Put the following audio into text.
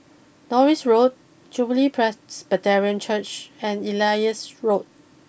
Norris Road Jubilee Presbyterian Church and Elias Road